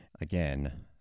Again